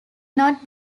not